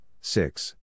six